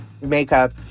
makeup